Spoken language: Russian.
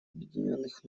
объединенных